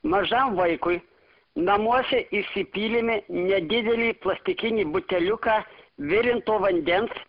mažam vaikui namuose įsipylėme nedidelį plastikinį buteliuką virinto vandens